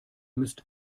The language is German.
müsst